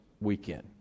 weekend